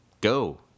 go